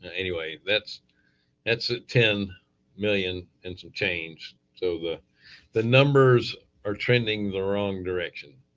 and anyway, that's that's a ten million and some change. so the the numbers are trending the wrong direction.